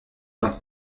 dans